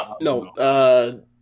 No